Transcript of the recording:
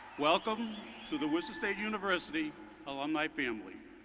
welcome to the wilson state university alumni family.